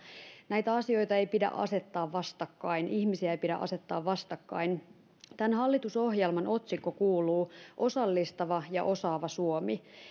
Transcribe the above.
näitä asioita ei pidä asettaa vastakkain ihmisiä ei pidä asettaa vastakkain tämän hallitusohjelman otsikko kuuluu osallistava ja osaava suomi